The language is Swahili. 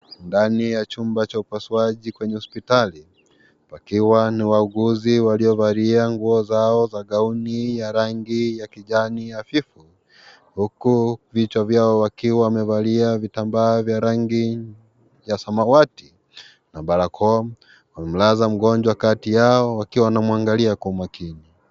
Ndani ya chumba cha upasuaji kwenye hospitali, wakiwa ni wauguzi waliovalia nguo zao za gauni ya rangi ya kijani hafifu, huku vichwa vyao wakiwa wamevalia vitambaa vya rangi ya samawati na barakoa, wamemlaza mgonjwa kati yao wakiwa wanamwangalia kwa makini.